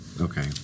Okay